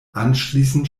anschließend